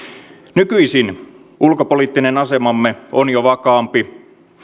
nykyisin ulkopoliittinen asemamme on jo vakaampi